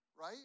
Right